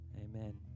Amen